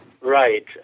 Right